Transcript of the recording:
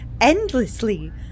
endlessly